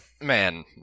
Man